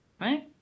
Right